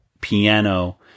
piano